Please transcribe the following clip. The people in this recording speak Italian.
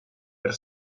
per